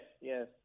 yes